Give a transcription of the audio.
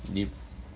你